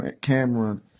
Cameron